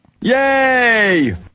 Yay